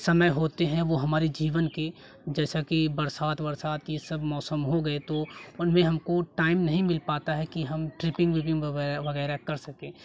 समय होते हैं वो हमारे जीवन के जैसा कि बरसात वरसात ये सब मौसम हो गए तो उनमें हमको टाइम नहीं मिल पाता है कि हम ट्रिपिंग व्रिप्पिंग वगैरह वगैरह कर सके